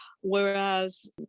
Whereas